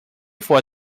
four